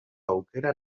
aukera